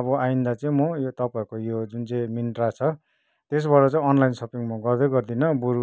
अब आइन्दा चाहिँ म यो तपाईँहरूको यो जुन चाहिँ मिन्त्रा छ त्यसबाट चाहिँ अनलाइन सपिङ म गर्दै गर्दिन बरू